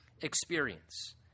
experience